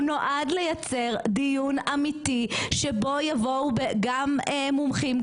הוא נועד לייצר דיון אמיתי שבו יבואו גם מומחים,